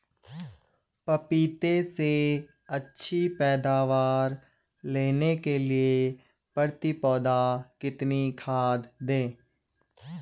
पपीते से अच्छी पैदावार लेने के लिए प्रति पौधा कितनी खाद दें?